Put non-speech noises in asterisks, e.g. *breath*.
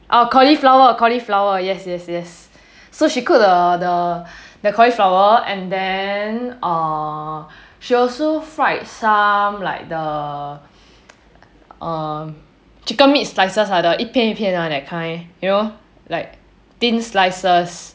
our cauliflower cauliflower yes yes yes *breath* so she cook the the cauliflower and then err she also fried some like the *breath* err chicken meat slices the 一片一片 one ah that kind you know like *breath* thin slices